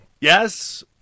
Yes